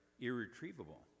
irretrievable